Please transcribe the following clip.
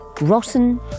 rotten